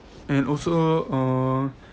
and also err